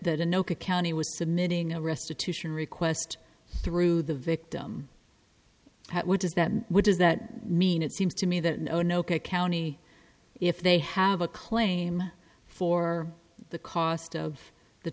was submitting a restitution request through the victim what does that what does that mean it seems to me that no no ok county if they have a claim for the cost of the